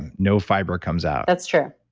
and no fiber comes out that's true.